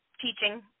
teaching